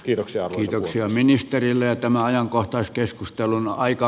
kiitoksia arvoisa puhemies